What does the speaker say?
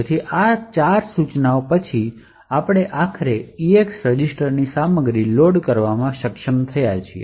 તેથી આ ચાર સૂચનાઓ પછી અમે આખરે EAX રજિસ્ટરની સામગ્રી લોડ કરવામાં સક્ષમ થયા છીએ